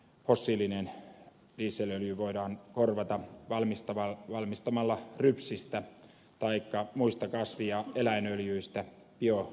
fossiilinen dieselöljy voidaan korvata valmistamalla rypsistä taikka muista kasvi ja eläinöljyistä biodieseliä